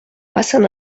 passen